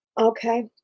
Okay